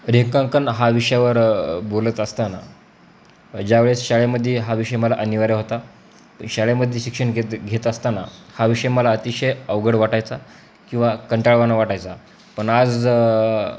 रेखांकन हा विषयावर बोलत असताना ज्यावेळेस शाळेमध्ये हा विषय मला अनिवाार्य होता शाळेमध्ये शिक्षण घेत घेत असताना हा विषय मला अतिशय अवघड वाटायचा किंवा कंटाळवाणा वाटायचा पण आज